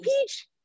peach